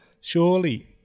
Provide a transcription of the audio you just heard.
Surely